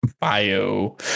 Bio